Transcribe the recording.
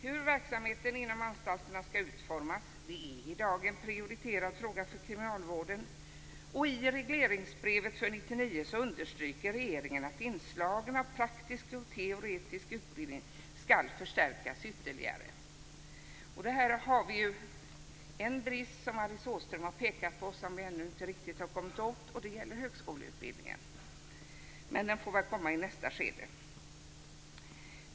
Hur verksamheten inom anstalterna skall utformas är i dag en prioriterad fråga för kriminalvården. Och i regleringsbrevet för 1999 understryker regeringen att inslagen av praktisk och teoretisk utbildning skall förstärkas ytterligare. Det finns en brist, som Alice Åström har pekat på, som vi ännu inte riktigt har kommit till rätta med. Det gäller högskoleutbildningen. Men den får väl komma med i nästa skede.